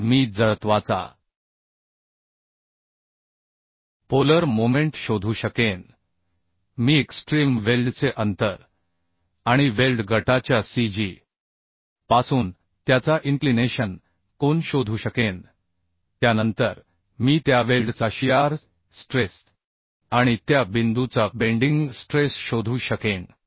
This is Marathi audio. मग मी जडत्वाचा पोलर मोमेंट शोधू शकेन मी एक्स्ट्रिम वेल्डचे अंतर आणि वेल्ड गटाच्या cg पासून त्याचा इन्क्लिनेशन कोन शोधू शकेन त्यानंतर मी त्या वेल्डचा शियर स्ट्रेस आणि त्या बिंदूचा बेंडिंग स्ट्रेस शोधू शकेन